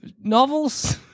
novels